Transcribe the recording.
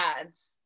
ads